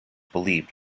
believed